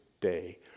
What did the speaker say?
day